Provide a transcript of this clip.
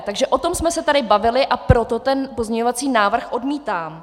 Takže o tom jsme se tady bavili a proto ten pozměňovací návrh odmítám.